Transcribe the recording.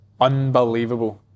unbelievable